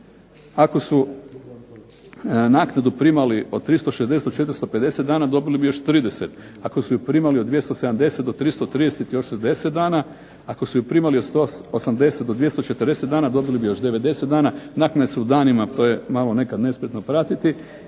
ako su naknadu primali od 360 do 450 dana dobili bi još 30, ako su primali od 270 do 330 još 60 dana, ako su primali od 180 do 240 dana dobili bi još 90 dana, naknade su u danima, to je malo nekada nespretno pratiti.